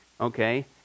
Okay